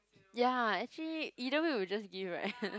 ya actually either way will just give right